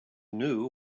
knew